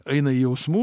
eina į jausmus